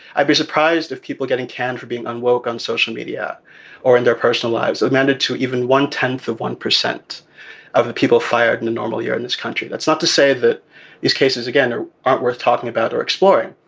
i'd be surprised if people are getting canned for being unwelcome. social media or in their personal lives amounted to even one tenth of one percent of the people fired in a normal year in this country. that's not to say that these cases, again, aren't worth talking about or exploring,